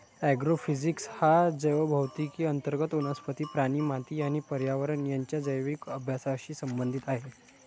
agrophysics हा जैवभौतिकी अंतर्गत वनस्पती, प्राणी, माती आणि पर्यावरण यांच्या जैविक अभ्यासाशी संबंधित आहे